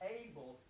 able